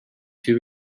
too